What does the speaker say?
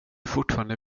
fortfarande